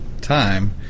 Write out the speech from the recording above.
time